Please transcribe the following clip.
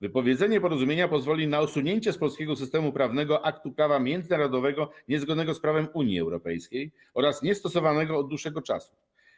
Wypowiedzenie porozumienia pozwoli na usunięcie z polskiego systemu prawnego aktu prawa międzynarodowego niezgodnego z prawem Unii Europejskiej oraz niestosowanego od dłuższego czasu.